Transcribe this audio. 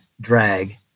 drag